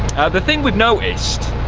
the thing we've noticed